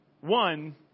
one